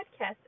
podcast